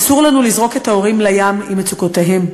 אסור לנו לזרוק את ההורים לים עם מצוקותיהם,